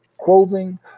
clothing